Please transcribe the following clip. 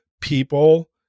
people